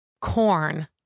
Corn